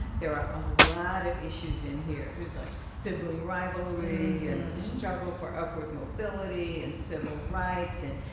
there are a lot of issues in here. it was, like, sibling rivalry and the struggle for upward mobility and civil rights and,